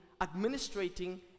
administrating